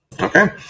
Okay